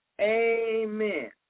Amen